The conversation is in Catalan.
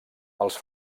els